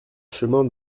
chemin